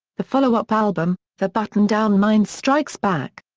the follow-up album, the button-down mind strikes back!